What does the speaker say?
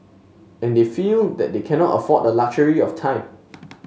and they feel that they cannot afford the luxury of time